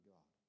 God